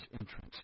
entrance